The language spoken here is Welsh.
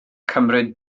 cymryd